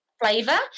flavor